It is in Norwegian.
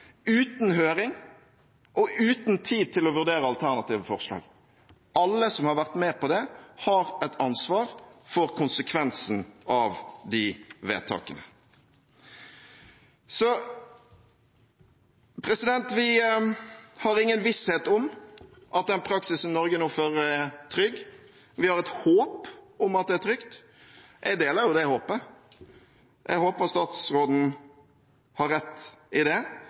uten høring og uten tid til å vurdere alternative forslag. Alle som har vært med på det, har et ansvar for konsekvensen av de vedtakene. Vi har ingen visshet om at den praksisen Norge nå fører, er trygg. Vi har et håp om at det er trygt. Jeg deler jo det håpet – jeg håper statsråden har rett i det.